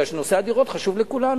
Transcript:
בגלל שנושא הדירות חשוב לכולנו,